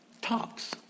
talks